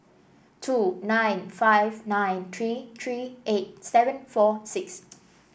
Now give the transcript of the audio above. two nine five nine three three eight seven four six